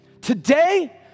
today